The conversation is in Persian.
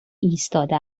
ایستاده